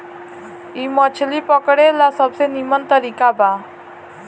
इ मछली पकड़े ला सबसे निमन तरीका बा